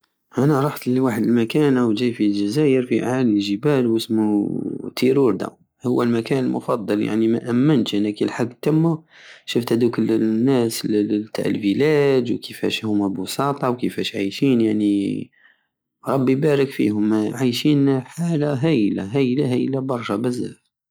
انا رحت لواحد المكان وجاي في جزاير أعالي الجبال وسمو تيروردة هو المكان المفضل يعني مأمنتش أني كي لحقت تما شفت هدوك الناس تع الفيلاج وكيفاش هم بساطة وكيفاش عايشين يعني ربي يبارك فيهم عايشين حالة هايلة هايلة برشة بزاف